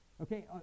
Okay